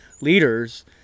leaders